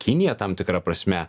kinija tam tikra prasme